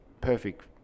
perfect